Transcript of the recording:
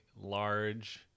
large